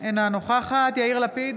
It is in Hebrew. אינה נוכחת יאיר לפיד,